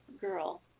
Girl